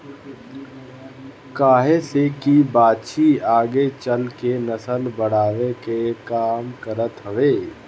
काहे से की बाछी आगे चल के नसल बढ़ावे के काम करत हवे